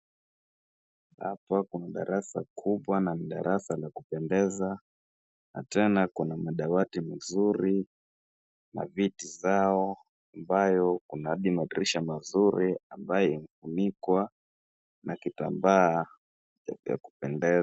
Hapa kuna darasa kubwa na ni darasa la kupendeza, na tena kuna madawati mazuri na viti zao ambayo kuna hadi madirisha mazuri ambayo yamefunikwa na kitambaa cha kupendeza.